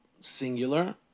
singular